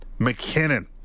McKinnon